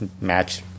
match